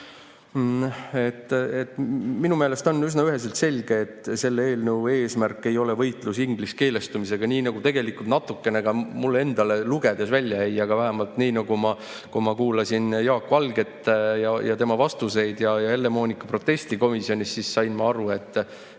Minu meelest on üsna üheselt selge, et selle eelnõu eesmärk ei ole võitlus ingliskeelestumisega, nii nagu natukene ka mulle endale lugedes mulje jäi, aga kui ma kuulasin Jaak Valget ja tema vastuseid ja Helle-Moonika protesti komisjonis, siis ma sain aru, et